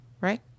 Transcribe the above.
right